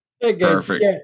Perfect